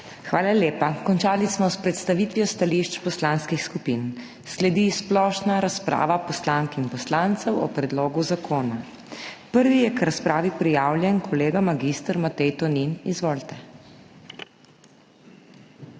Hvala lepa. Končali smo s predstavitvijo stališč poslanskih skupin. Sledi splošna razprava poslank in poslancev o predlogu zakona. Prvi je k razpravi prijavljen kolega mag. Matej Tonin. Izvolite.